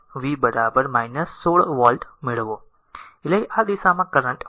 v 16 volt મેળવો એટલે આ દિશામાં કરંટ વહે છે